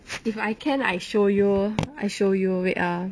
if I can I show you I show you wait ah